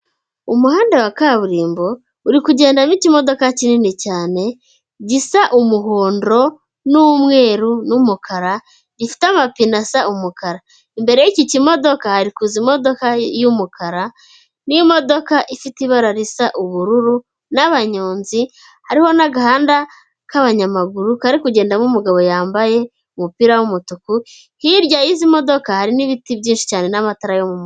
Umuhanda wa kaburimbo uri kugendamo ikimodoka kinini cyane gisa umuhondo n'umweru n'umukara, gifite amapine asa umukara, imbere y'iki kimodoka hari kuza imodoka y'umukara n'imodoka ifite ibara risa ubururu n'abanyonzi, hariho n'agahanda k'abanyamaguru kari kugendamo umugabo yambaye umupira w'umutuku, hirya y'izi modoka hari n'ibiti byinshi cyane n'amatara...